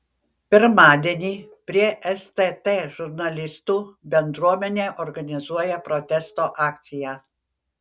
pirmadienį prie stt žurnalistų bendruomenė organizuoja protesto akciją